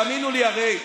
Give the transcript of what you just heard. תאמינו לי, הרי